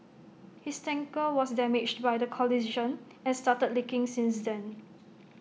his tanker was damaged by the collision and started leaking since then